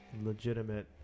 legitimate